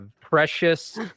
precious